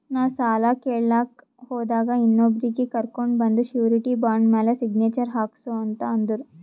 ನಾ ಸಾಲ ಕೇಳಲಾಕ್ ಹೋದಾಗ ಇನ್ನೊಬ್ರಿಗಿ ಕರ್ಕೊಂಡ್ ಬಂದು ಶೂರಿಟಿ ಬಾಂಡ್ ಮ್ಯಾಲ್ ಸಿಗ್ನೇಚರ್ ಹಾಕ್ಸೂ ಅಂತ್ ಅಂದುರ್